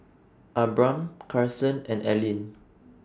Abram Carson and Ellyn